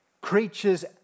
Creatures